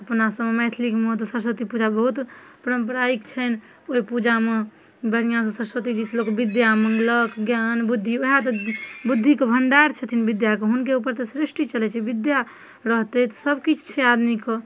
अपना सबमे मैथिलिमे तऽ सरस्वती पूजा बहुत परम्पराइक छनि ओहि पूजामे बढ़िआँसँ सरस्वती जीसँ लोक विद्या मङ्गलक ज्ञान बुद्धि ओहए तऽ बुद्धिके भण्डार छथिन विद्या कऽ हुनके ऊपर तऽ सृष्टि चलैत छनि विद्या रहतै तऽ सबकिछु छै आदमी कऽ